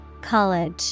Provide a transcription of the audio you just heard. College